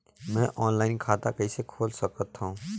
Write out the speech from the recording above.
मैं ऑनलाइन खाता कइसे खोल सकथव?